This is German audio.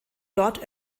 dort